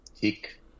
tick